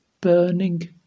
burning